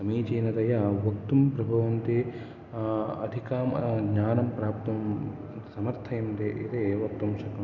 समीचिनतया वक्तुं प्रभवन्ति अधिकां ज्ञानं प्राप्तुं समर्थयन्ति इति वक्तुं शक्नुमः